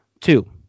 Two